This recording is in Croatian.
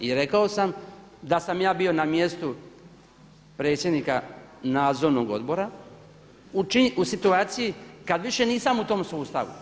I rekao sam da sam ja bio na mjestu predsjednika Nadzornog odbora u situaciji kad više nisam u tom sustavu.